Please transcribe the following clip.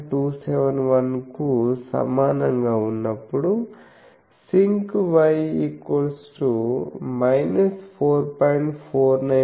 271 కు సమానంగా ఉన్నప్పుడు sincY 4